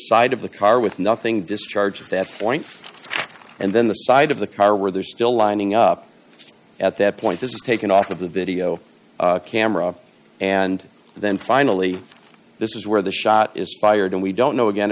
side of the car with nothing discharge of that point and then the side of the car where they're still lining up at that point is taken off of the video camera and then finally this is where the shot is fired and we don't know again